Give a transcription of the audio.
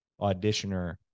auditioner